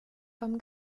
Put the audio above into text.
vom